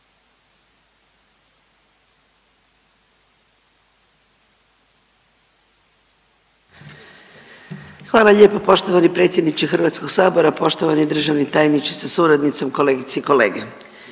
Hvala lijepo poštovani predsjedniče Hrvatskog sabora. Poštovani državni tajniče sa suradnicom, kolegice i kolege,